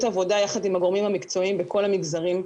עבודה יחד עם הגורמים המקצועיים בכל המגזרים.